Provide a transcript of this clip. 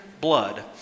blood